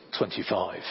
25